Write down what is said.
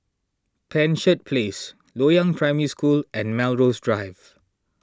Penshurst Place Loyang Primary School and Melrose Drive